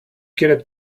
get